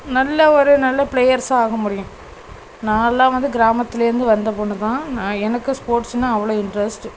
நல்ல ஒரு நல்ல ப்ளேயர்ஸ் ஆக முடியும் நானெலாம் வந்து கிராமத்திலேருந்து வந்த பொண்ணுதான் நான் எனக்கு ஸ்போர்ட்ஸ்னால் அவ்வளோ இன்ட்ரெஸ்ட்